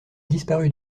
disparut